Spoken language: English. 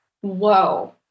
whoa